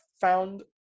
found